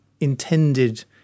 intended